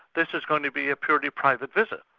this is going to be a purely private visit'.